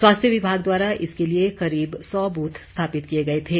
स्वास्थ्य विभाग द्वारा इसके लिए करीब सौ बूथ स्थापित किए गए थे